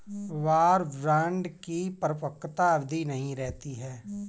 war bond की परिपक्वता अवधि नहीं रहती है